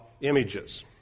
images